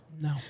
no